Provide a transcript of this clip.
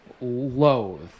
loathe